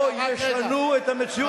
במצב שבו ישנו את המציאות הקשה הזו.